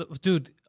dude